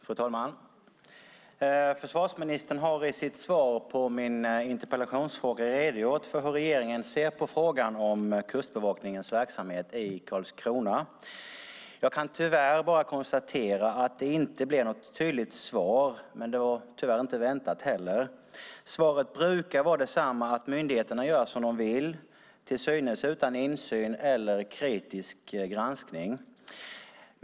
Fru talman! Försvarsministern har i sitt svar på min interpellation redogjort för hur regeringen ser på frågan om Kustbevakningens verksamhet i Karlskrona. Jag kan tyvärr bara konstatera att det inte blir något tydligt svar, men det var inte heller väntat. Svaret brukar vara detsamma, att myndigheterna gör som de vill till synes utan insyn eller kritisk granskning.